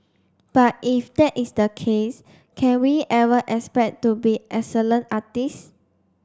but if that is the case can we ever expect to be excellent artists